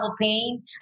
pain